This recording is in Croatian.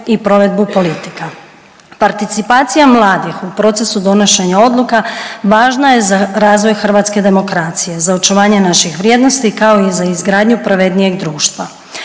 i provedbu politika. Participacija mladih u procesu donošenja odluka važna je za razvoj hrvatske demokracije, za očuvanje naših vrijednosti, kao i za izgradnju pravednijeg društva,